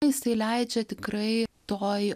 jisai leidžia tikrai toj